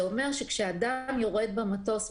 זה אומר שכשאדם יורד מהמטוס,